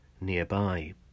nearby